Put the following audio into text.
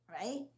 right